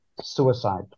suicide